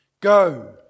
Go